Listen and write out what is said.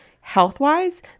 Health-wise